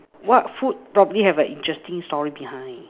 what food probably have an interesting story behind